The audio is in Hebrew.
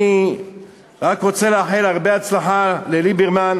אני רק רוצה לאחל הרבה הצלחה לליברמן,